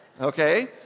Okay